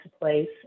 place